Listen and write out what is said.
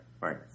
right